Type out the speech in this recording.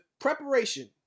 preparation